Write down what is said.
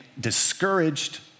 discouraged